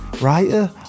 writer